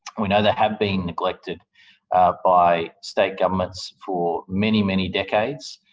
we know they have been neglected by state governments for many, many decades,